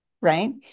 right